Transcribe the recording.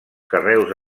carreus